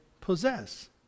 possess